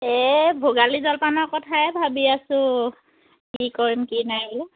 এই ভোগালী জলপানৰ কথাই ভাবি আছো কি কৰিম কি নাই বোলো